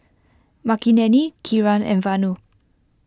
Makineni Kiran and Vanu